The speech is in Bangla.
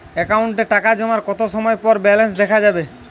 অ্যাকাউন্টে টাকা জমার কতো সময় পর ব্যালেন্স দেখা যাবে?